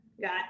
got